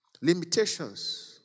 limitations